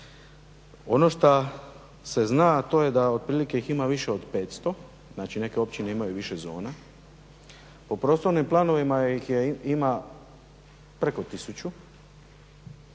Ono što se zna, a to je da otprilike ih ima više od 500 znači, neke općine imaju više zona. Po prostornim planovima ih ima preko 1000,